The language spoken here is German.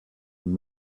ein